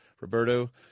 roberto